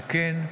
על כן,